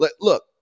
Look